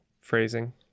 phrasing